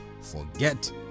forget